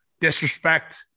disrespect